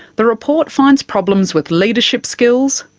the report finds problems with leadership skills,